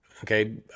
Okay